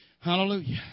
Hallelujah